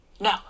no